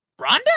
Rhonda